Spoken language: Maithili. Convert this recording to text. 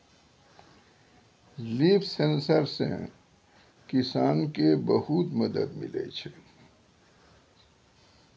लिफ सेंसर से किसान के बहुत मदद मिलै छै